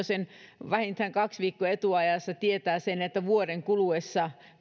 sen vähintään kaksi viikkoa etuajassa tietävät sen että vuoden kuluessa